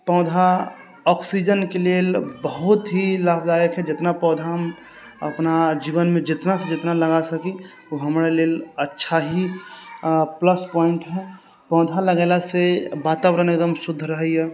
पौधा ऑक्सीजनके लेल बहुत ही लाभदायक हइ जेतना पौधा हम अपना जीवनमे जितनासँ जितना लगा सकी ओ हमरा लेल अच्छा ही प्लस पॉइंट हइ पौधा लगेला से वातावरण एगदम शुद्ध रहैया